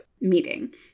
meeting